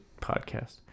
podcast